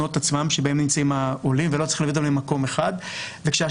למלונות עצמם שבהם נמצאים העולים ולא צריך להביא אותם למקום אחד,